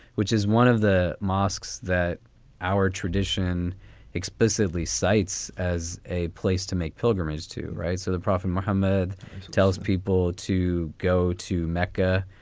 which is one of the mosques that our tradition explicitly cites as a place to make pilgrimage to. right. so the prophet muhammad tells people to go to mecca,